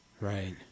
Right